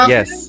Yes